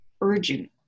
urgent